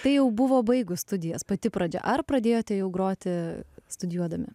tai jau buvo baigus studijas pati pradžia ar pradėjote jau groti studijuodami